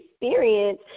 experience